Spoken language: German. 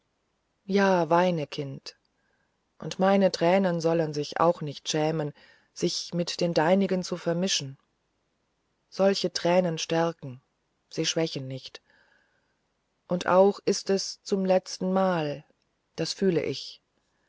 ja weine kind und meine tränen sollen sich auch nicht schämen sich mit den deinigen zu vermischen solche tränen stärken sie schwächen nicht auch ist es zum letztenmal das fühle ich